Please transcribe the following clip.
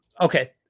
okay